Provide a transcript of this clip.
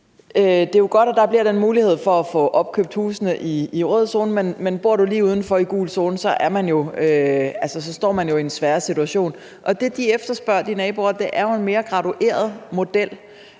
det er jo godt, at der bliver den mulighed for at få opkøbt husene i den røde zone, men bor du lige udenfor i gul zone, står man jo i en sværere situation. Og det, naboerne efterspørger, er en mere gradueret model,